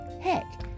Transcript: heck